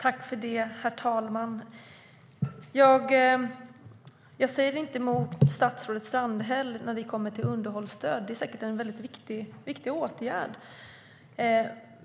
Herr talman! Jag säger inte emot statsrådet Strandhäll när det kommer till underhållsstödet. Det är säkert en väldigt viktig åtgärd.